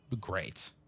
great